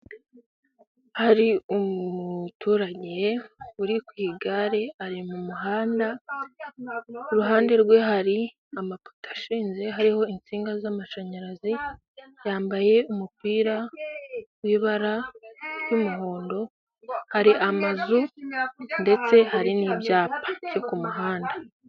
Hari umuturage uri ku igare ari mu muhanda iruhande rwe hari amapoto ashinze hariho insinga z'amashanyarazi yambaye umupira w'ibara ry'umuhondo hari amazu ndetse hari n'ibyapa byo ku muhanda.